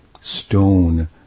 stone